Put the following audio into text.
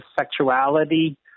sexuality